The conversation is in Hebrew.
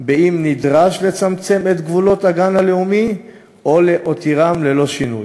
אם נדרש לצמצם את גבולות הגן הלאומי או להותירם ללא שינוי.